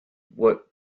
what